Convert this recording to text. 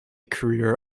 career